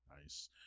nice